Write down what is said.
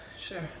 sure